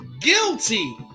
Guilty